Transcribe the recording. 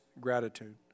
gratitude